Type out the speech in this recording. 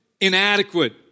inadequate